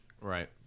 right